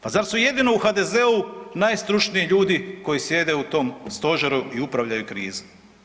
Pa zar su jedino u HDZ-u najstručniji ljudi koji sjede u tom stožeru i upravljaju krizom?